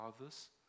others